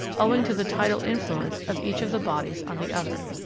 owing to the tidal influence of each of the bodies on the other.